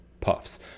Puffs